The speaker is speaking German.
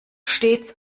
stets